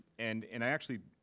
and and actually,